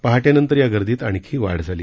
पहाटेनंतर या गर्दीत आणखी वाढ झाली